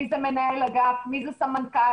מי זה מנהל אגף מי זה סמנכ"ל,